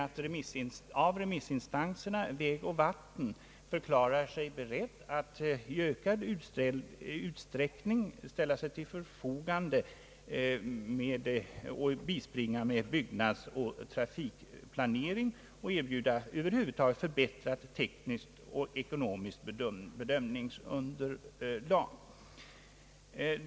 Av remissinstanserna förklarar vägoch vattenbyggnadsstyrelsen sig beredd att i ökad utsträckning ställa sig till förfogande och bispringa med byggnadsoch trafikplanering och att över huvud taget erbjuda ett förbättrat tekniskt och ekonomiskt bedömningsunderlag.